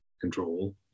control